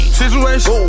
situation